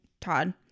Todd